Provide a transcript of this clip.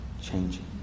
changing